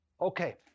Okay